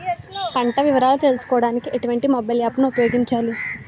పంట వివరాలు తెలుసుకోడానికి ఎటువంటి మొబైల్ యాప్ ను ఉపయోగించాలి?